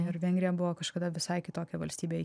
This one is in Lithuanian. ir vengrija buvo kažkada visai kitokia valstybė